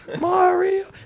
Mario